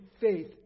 faith